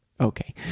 Okay